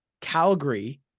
Calgary